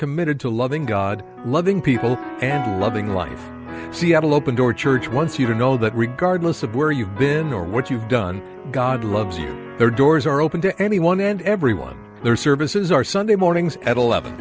committed to loving god loving people and loving life seattle open door church once you are know that regardless of where you've been or what you've done god loves you there doors are open to anyone and everyone their services are sunday mornings at eleven